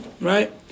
right